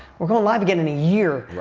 we're going live again in a year.